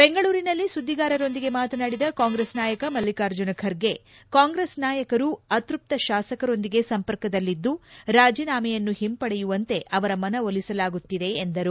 ಬೆಂಗಳೂರಿನಲ್ಲಿ ಸುದ್ದಿಗಾರರೊಂದಿಗೆ ಮಾತನಾಡಿದ ಕಾಂಗ್ರೆಸ್ ನಾಯಕ ಮಲ್ಲಿಕಾರ್ಜುನ ಖರ್ಗೆ ಕಾಂಗ್ರೆಸ್ ನಾಯಕರು ಅತೃಪ್ತ ಶಾಸಕರೊಂದಿಗೆ ಸಂಪರ್ಕದಲ್ಲಿದ್ದು ರಾಜೀನಾಮೆಯನ್ನು ಹಿಂಪಡೆಯುವಂತೆ ಅವರ ಮನವೊಲಿಸಲಾಗುತ್ತಿದೆ ಎಂದರು